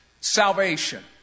salvation